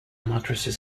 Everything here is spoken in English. matrices